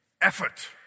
effort